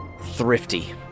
thrifty